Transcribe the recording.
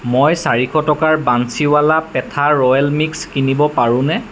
মই চাৰিশ টকাৰ বান্সীৱালা পেথা ৰয়েল মিক্স কিনিব পাৰোঁনে